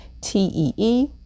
T-E-E